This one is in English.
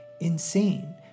insane